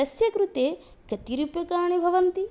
तस्य कृते कति रूप्यकाणि भवन्ति